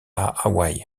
hawaï